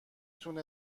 تونه